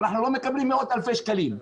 ואנחנו לא מקבלים מאות אלפי שקלים,